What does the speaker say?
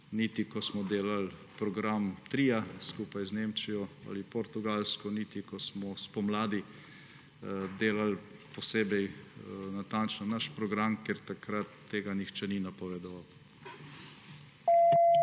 niti ko smo delali program tria skupaj z Nemčijo ali Portugalsko, niti ko smo spomladi delali posebej natančno naš program, ker takrat tega nihče ni napovedoval.